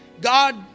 God